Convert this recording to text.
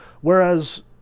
Whereas